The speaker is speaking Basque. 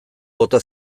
bota